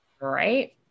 Right